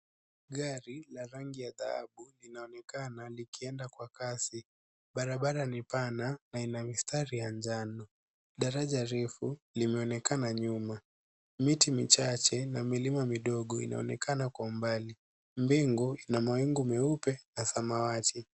Gari la rangi ya dhahabu linaonekana likienda kwa kasi barabara ni pana na ina mistari ya njano. Daraja refu limaonekana nyuma. Miti michache na milima midogo inaonekana kwa umbali. Mbingu ina mawingu meupe na samawati.